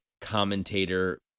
commentator